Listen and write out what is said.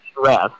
stress